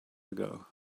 ago